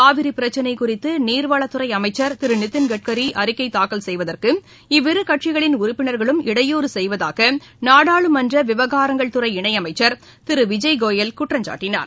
காவிரி பிரச்சினை குறித்து நீர்வளத்துறை அமைச்சர் திரு நிதின்கட்கரி அறிக்கை தாக்கல் செய்வதற்கு இவ்விரு கட்சிகளின் உறுப்பினர்களும் இடையூறு செய்வதாக நாடாளுமன்ற விவகாரங்கள் துறை இணையமைச்சர் திரு விஜய்கோயல் குற்றம் சாட்டினார்